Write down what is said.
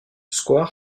square